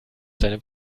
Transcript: seine